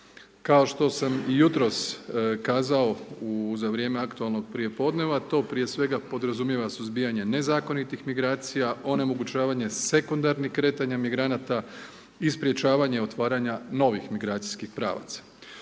kao što sam jutros kazao za vrijeme aktualnog prijepodneva to prije svega podrazumijeva suzbijanje nezakonitih migracija onemogućavanje sekundarnih kretanja migranata i sprječavanje otvaranja novih migracijskih pravaca.